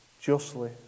justly